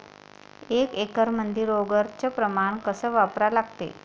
एक एकरमंदी रोगर च प्रमान कस वापरा लागते?